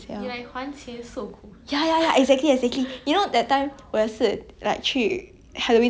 那个票满贵的 like I think I paid like about fifty fifty plus to go in right